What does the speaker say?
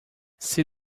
see